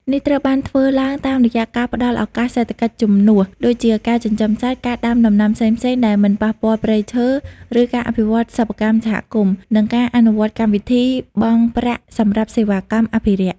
នេះត្រូវបានធ្វើឡើងតាមរយៈការផ្តល់ ឱកាសសេដ្ឋកិច្ចជំនួស (ដូចជាការចិញ្ចឹមសត្វ ការដាំដំណាំផ្សេងៗដែលមិនប៉ះពាល់ព្រៃឈើ ឬការអភិវឌ្ឍសិប្បកម្មសហគមន៍) និងការអនុវត្តកម្មវិធី បង់ប្រាក់សម្រាប់សេវាកម្មអភិរក្ស ។